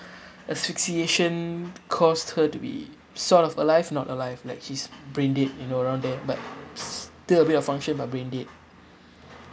the asphyxiation caused her to be sort of alive not alive like she's brain dead you know around there but still a bit of function but brain dead